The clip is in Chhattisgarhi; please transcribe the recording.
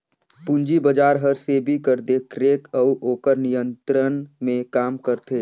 पूंजी बजार हर सेबी कर देखरेख अउ ओकर नियंत्रन में काम करथे